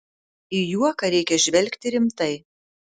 į juoką reikia žvelgti rimtai